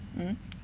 mm